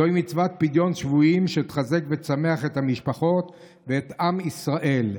זוהי מצוות פדיון שבויים שתחזק ותשמח את המשפחות ואת עם ישראל.